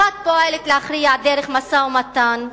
אחת פועלת להכריע דרך משא-ומתן,